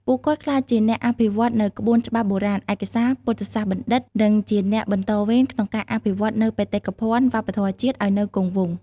ពួកគាត់ក្លាយជាអ្នកអភិរក្សនូវក្បួនច្បាប់បុរាណ ឯកសារ ពុទ្ធសាសនាបណ្ឌិត្យ និងជាអ្នកបន្តវេនក្នុងការអភិវឌ្ឍនូវបេតិកភណ្ឌវប្បធម៌ជាតិឱ្យនៅគង់វង្ស។